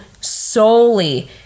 solely